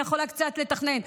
היא יכולה קצת לתכנן,